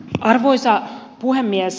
arvoisa puhemies